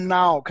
now